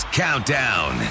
countdown